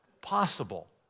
possible